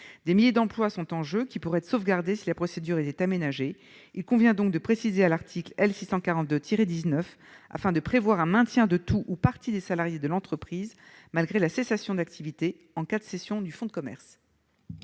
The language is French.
Des milliers d'emplois sont en jeu, et ils pourraient être sauvegardés si la procédure était aménagée. Il convient donc de préciser l'article L. 642-19 du code de commerce afin de prévoir un maintien de tout ou partie des salariés de l'entreprise, malgré la cessation d'activité, en cas de cession du fonds de commerce.